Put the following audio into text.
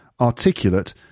articulate